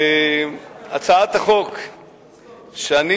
הצעת החוק שאני